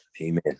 Amen